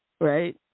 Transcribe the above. right